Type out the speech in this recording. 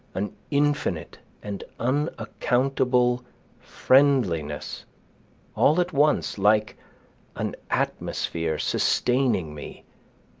an infinite and um ah unaccountable friendliness all at once like an atmosphere sustaining me,